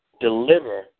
deliver